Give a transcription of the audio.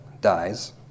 dies